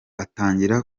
atangira